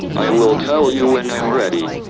i will tell you when i'm ready.